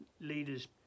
leaders